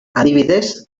adibidez